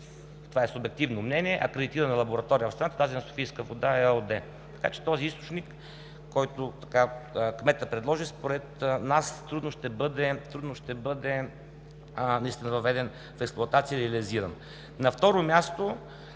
това е субективно мнение, акредитирана лаборатория в страната, тази на „Софийска вода“ ЕООД. Така че този източник, който кметът предложи, според нас трудно ще бъде реализиран и въведен в експлоатация. На второ място,